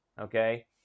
Okay